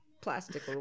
plastic